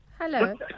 Hello